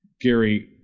Gary